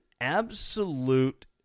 absolute